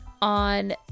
on